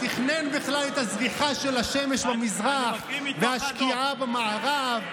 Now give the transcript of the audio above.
הוא תכנן בכלל את הזריחה של השמש במזרח והשקיעה במערב.